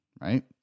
right